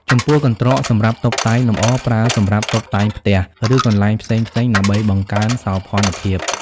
ចំពោះកន្ត្រកសម្រាប់តុបតែងលម្អប្រើសម្រាប់តុបតែងផ្ទះ ឬកន្លែងផ្សេងៗដើម្បីបង្កើនសោភ័ណភាព។